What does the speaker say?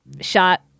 shot